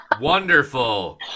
Wonderful